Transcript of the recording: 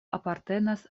apartenas